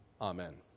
Amen